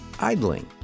idling